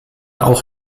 auch